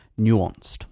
nuanced